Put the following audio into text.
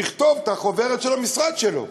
יכתוב את החוברת של המשרד שלו.